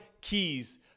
keys